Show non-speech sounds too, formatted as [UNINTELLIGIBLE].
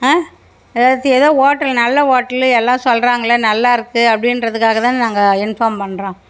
[UNINTELLIGIBLE] எதோ ஓட்டல் நல்ல ஓட்டல் எல்லாம் சொல்றாங்களே நல்லாருக்குது அப்படின்றதுக்காக தானே நாங்கள் இன்ஃபார்ம் பண்றோம்